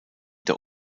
der